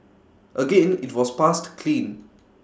again IT was passed clean